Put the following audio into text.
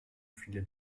viele